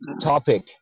topic